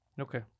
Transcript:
Okay